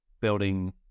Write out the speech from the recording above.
building